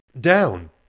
down